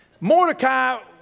Mordecai